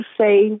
say